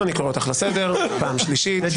אני קורא אותך לסדר פעם שלישית, צאי להירגע בבקשה.